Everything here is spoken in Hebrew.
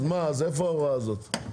אז איפה ההוראה הזאת?